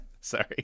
Sorry